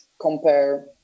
compare